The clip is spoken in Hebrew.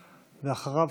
ואחריו,